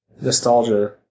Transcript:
Nostalgia